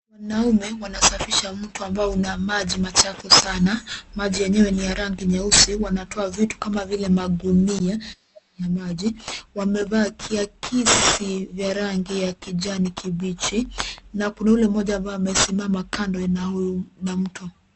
Wanaume wanasafisha mto ambayo una maji machafu sana, maji yenyewe ni ya rangi nyeusi, wanatoa vitu kama vile magunia ya maji. Wamevaa kiakisi vya rangi ya kijani kibichi na kuna ule moja ambao amesimama kando na mto.